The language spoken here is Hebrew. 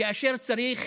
שכאשר צריך